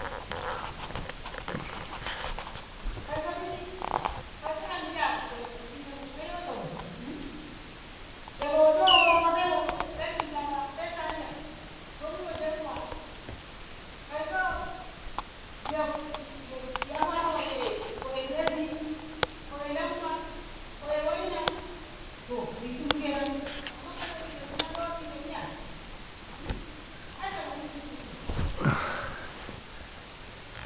Kaiso mi kaiso Andi 'yabu go atinabu ai yotobu daga woto Sai woto Sai shinkafa Sai taliya yomi yodem kuwa kaiso diyaf- diyaf a fato wayye ko e' dezi ko e' lamba ko e' waina too tishinmu kenan Amma kaiso tishe Zina 'do tishe Miya aei kauso an tishi bu.